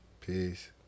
Peace